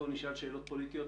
אותו נשאל שאלות פוליטיות.